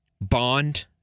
bond